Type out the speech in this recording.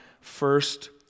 first